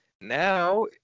now